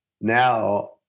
now